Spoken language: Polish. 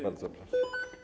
Bardzo proszę.